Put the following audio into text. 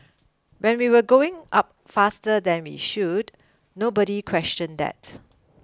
when we were going up faster than we should nobody question that